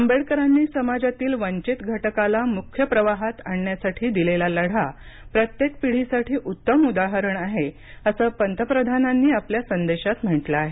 आंबेडकरांनी समाजातील वंचित घटकाला मुख्य प्रवाहात आणण्यासाठी दिलेला लढा प्रत्येक पिढीसाठी उत्तम उदाहरण आहे असं पंतप्रधानांनी आपल्या संदेशात म्हटलं आहे